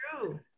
true